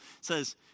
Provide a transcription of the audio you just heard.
says